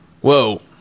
Whoa